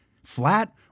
Flat